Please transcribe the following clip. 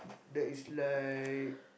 that is like